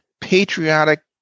patriotic